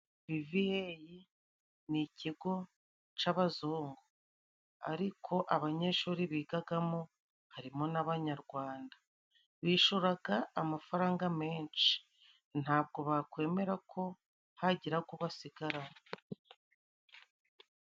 Viviyeyi ni ikigo c'abazungu ariko abanyeshuri bigagamo harimo n'Abanyarwanda bishuraga amafaranga menshi ntabwo bakwemera ko hagira ago ubasigara.